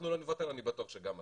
אנחנו לא נוותר, אני בטוח שגם אתה.